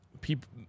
people